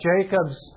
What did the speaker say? Jacob's